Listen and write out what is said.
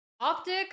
Optic